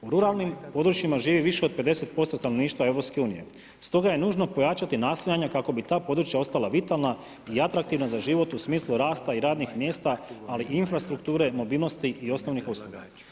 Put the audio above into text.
U ruralnim područjima živi više od 50% stanovništva EU stoga je nužno pojačati nastojanja kako bi ta područja ostala vitalna i atraktivna za život u smislu rasta i radnih mjesta, ali i infrastrukture, mobilnosti i osnovnih usluga.